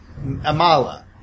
Amala